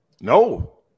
No